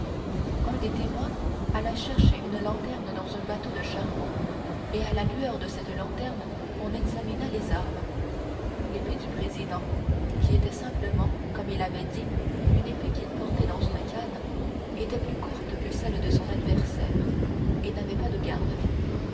un des témoins alla chercher une lanterne dans un bateau de charbon et à la lueur de cette lanterne on examina les armes l'épée du président qui était simplement comme il l'avait dit une épée qu'il portait dans une canne était plus courte que celle de son adversaire et n'avait pas de garde